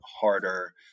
harder